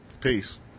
Peace